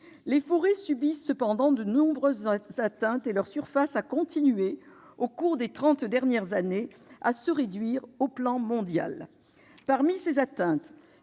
Les forêts subissent cependant de nombreuses atteintes, et leur surface a continué, au cours des trente dernières années, à se réduire à l'échelon mondial. Parmi ces atteintes,